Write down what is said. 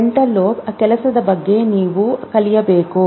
frontal ಲೋಬ್ನ ಕೆಲಸದ ಬಗ್ಗೆ ನೀವು ಕಲಿಯಬೇಕು